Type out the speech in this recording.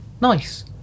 nice